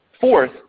Fourth